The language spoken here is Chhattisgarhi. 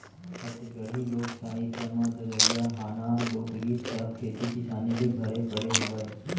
छत्तीसगढ़ी लोक साहित्य म ददरिया, हाना, लोकगीत सब खेती किसानी ले भरे पड़े हावय